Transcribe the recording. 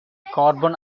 carbon